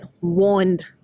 warned